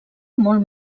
molt